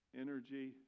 energy